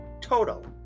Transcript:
total